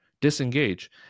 disengage